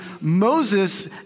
Moses